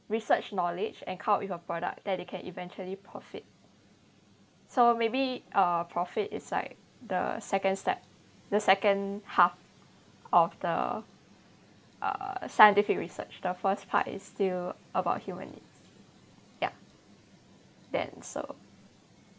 research knowledge and come up with a product that you can eventually profit so maybe uh profit is like the second step the second half of the uh scientific research the first part is still about human need yup then so